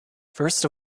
first